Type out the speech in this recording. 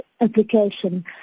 application